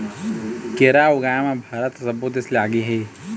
केरा ऊगाए म भारत ह सब्बो देस ले आगे हे